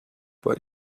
but